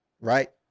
right